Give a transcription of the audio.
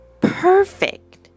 perfect